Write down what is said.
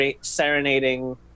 serenading